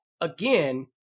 again